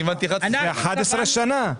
זה 11 שנה.